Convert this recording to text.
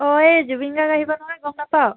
অ' এই জুবিন গাৰ্গ আহিব নহয় গম নাপাৱ